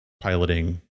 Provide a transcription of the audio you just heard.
piloting